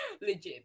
legit